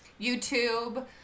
YouTube